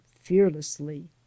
fearlessly